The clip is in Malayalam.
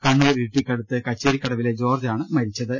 കണ്ണൂർ ഇരി ട്ടിക്കടുത്ത് കച്ചേരിക്കടവിലെ ജോർജ് ആണ് മരിച്ചത്